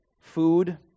Food